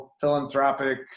philanthropic